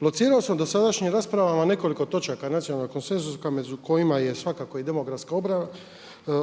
Locirao sam u dosadašnjim raspravama nekoliko točaka nacionalnog konsenzusa među kojima je svakako i demografska